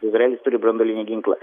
izraelis turi branduolinį ginklą